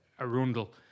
Arundel